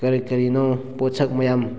ꯀꯔꯤ ꯀꯔꯤꯅꯣ ꯄꯣꯠꯁꯛ ꯃꯌꯥꯝ